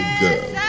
girl